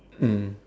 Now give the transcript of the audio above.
mm